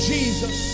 Jesus